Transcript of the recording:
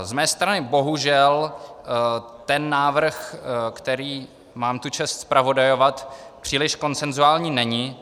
Z mé strany bohužel ten návrh, který mám tu čest zpravodajovat, příliš konsenzuální není.